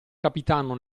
capitano